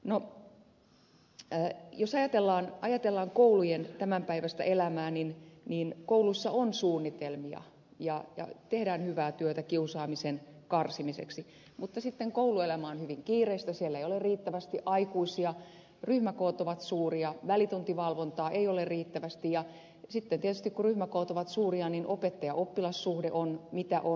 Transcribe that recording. no jos ajatellaan koulujen tämänpäiväistä elämää niin kouluissa on suunnitelmia ja tehdään hyvää työtä kiusaamisen karsimiseksi mutta sitten kouluelämä on hyvin kiireistä siellä ei ole riittävästi aikuisia ryhmäkoot ovat suuria välituntivalvontaa ei ole riittävästi ja sitten tietysti kun ryhmäkoot ovat suuria opettajaoppilas suhde on mitä on